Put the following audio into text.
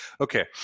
Okay